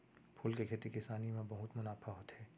फूल के खेती किसानी म बहुत मुनाफा होथे